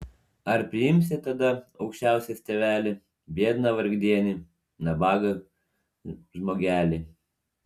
ar priimsi tada aukščiausias tėveli biedną vargdienį nabagą žmogelį